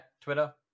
Twitter